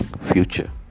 future